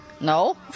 No